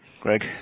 Greg